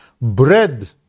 bread